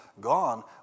gone